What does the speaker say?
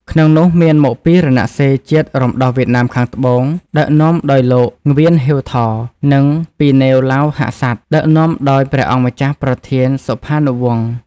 ក្នុងនោះមានមកពីរណសិរ្សជាតិរំដោះវៀតណាមខាងត្បូង ដឹក នាំដោយលោក ង្វៀង ហ៊ីវ ថ និងពី ណេវ ឡាវ ហាក់សាត ដឹកនាំដោយព្រះអង្គម្ចាស់ប្រធាន សុផានុវង្ស។